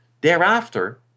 thereafter